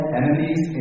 enemies